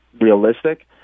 realistic